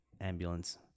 ambulance